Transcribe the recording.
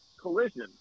Collision